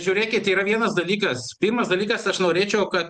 žiūrėkit yra vienas dalykas pirmas dalykas aš norėčiau kad